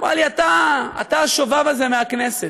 היא אמרה לי: אתה, אתה השובב הזה מהכנסת.